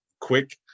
quick